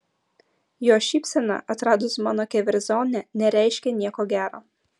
jo šypsena atradus mano keverzonę nereiškė nieko gero